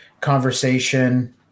conversation